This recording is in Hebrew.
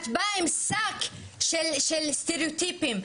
את באה עם שק של סטריאוטיפים.